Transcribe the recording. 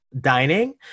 dining